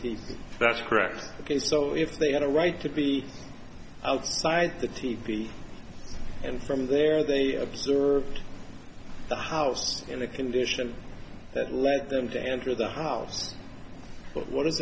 team that's correct ok so if they had a right to be outside the t p and from there they observed the house in the condition that led them to enter the house but what is